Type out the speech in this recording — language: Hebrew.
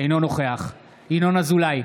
אינו נוכח ינון אזולאי,